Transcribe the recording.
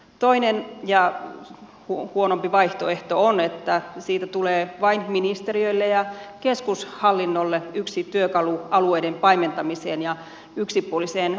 toinen ja huonompi vaihtoehto on että siitä tulee ministeriöille ja keskushallinnolle vain yksi työkalu lisää alueiden paimentamiseen ja yksipuoliseen ohjaamiseen